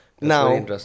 Now